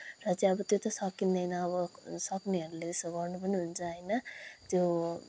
र चाहिँ अब त्यो त सकिँदैन अब सक्नेहरूले त्यस्तो गर्नु पनि हुन्छ होइन त्यो